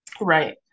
Right